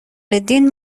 الدین